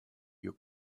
your